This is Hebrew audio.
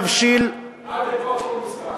עד לפה הכול מוסכם.